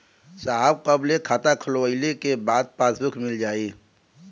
साहब कब ले खाता खोलवाइले के बाद पासबुक मिल जाई?